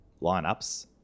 lineups